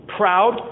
proud